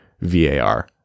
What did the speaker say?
var